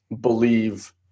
believe